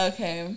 Okay